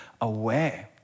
away